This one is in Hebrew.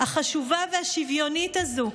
החשובה והשוויונית הזו,